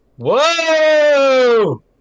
Whoa